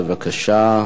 בבקשה.